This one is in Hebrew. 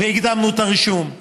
והקדמנו את הרישום,